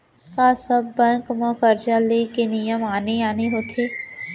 का सब बैंक म करजा ले के नियम आने आने होथे?